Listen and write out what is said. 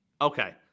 Okay